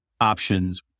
options